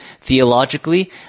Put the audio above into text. theologically